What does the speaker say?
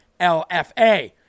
LFA